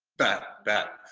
bet, bet.